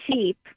cheap